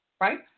right